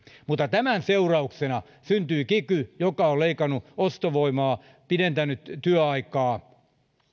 tämän seurauksena syntyi kiky joka on leikannut ostovoimaa pidentänyt työaikaa